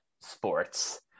sports